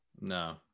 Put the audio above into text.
No